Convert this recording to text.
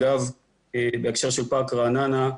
בהקשר של פארק רעננה,